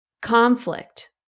conflict